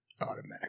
automatic